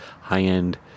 high-end